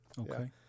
Okay